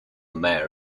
mayor